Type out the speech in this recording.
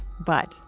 but,